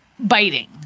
biting